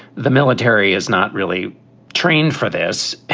the military is not really trained for this.